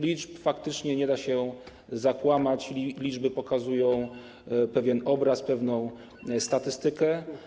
Liczb faktycznie nie da się zakłamać, liczby pokazują pewien obraz, pewną statystykę.